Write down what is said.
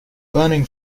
burning